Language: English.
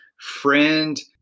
friend